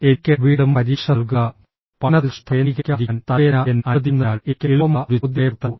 എനിക്ക് വീണ്ടും പരീക്ഷ നൽകുക പഠനത്തിൽ ശ്രദ്ധ കേന്ദ്രീകരിക്കാതിരിക്കാൻ തലവേദന എന്നെ അനുവദിക്കുന്നതിനാൽ എനിക്ക് എളുപ്പമുള്ള ഒരു ചോദ്യപേപ്പർ തരൂ